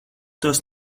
tos